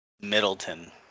Middleton